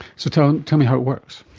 so tell and tell me how it works.